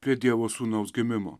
prie dievo sūnaus gimimo